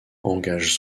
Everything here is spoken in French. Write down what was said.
engage